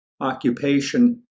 occupation